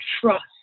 trust